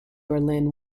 berlin